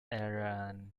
aaron